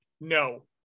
no